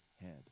head